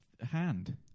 Hand